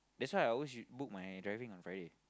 that's why I always book my driving on Friday